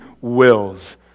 wills